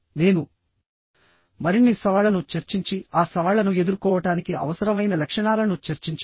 నేను మరిన్ని సవాళ్లను చర్చించి ఆ సవాళ్లను ఎదుర్కోవటానికి అవసరమైన లక్షణాలను చర్చించండి